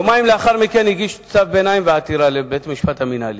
יומיים לאחר מכן הגיש צו ביניים ועתירה לבית-המשפט המינהלי.